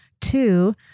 Two